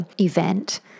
event